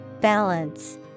Balance